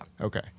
Okay